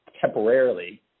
temporarily